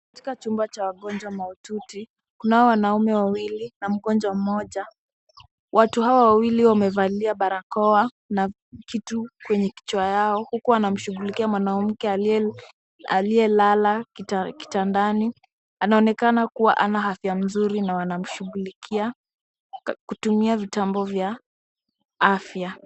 Katika chumba cha wagonjwa mahututi kunao wanaume wawili na mgonjwa mmoja. Watu hao wawili wamevalia barakaoa na vitu kwenye kichwa yao huku wakishughulikia mwanamke aliyelala kitandani. Anaonekana kuwa ana afya mzuri na wanamshughulikia kutumia mitabo vya afya.